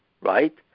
right